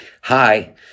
Hi